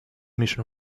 mission